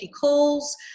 calls